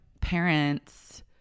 parents